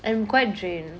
I'm quite drained